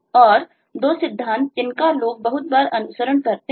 और दो सिद्धांत जिनका लोग बहुत बार अनुसरण करते हैं